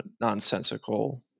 nonsensical